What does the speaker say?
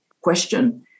question